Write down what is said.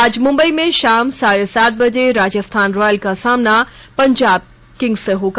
आज मुम्बई में शाम साढ़े सात बजे राजस्थान रॉयल का सामना पंजाब किंग्स से होगा